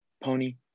Pony